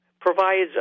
provides